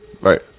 Right